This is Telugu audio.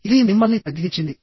ఇది మిమ్మల్ని తగ్గించింది